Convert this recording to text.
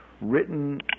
written